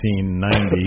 1990